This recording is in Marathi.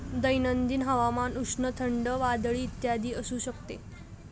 दैनंदिन हवामान उष्ण, थंडी, वादळी इत्यादी असू शकते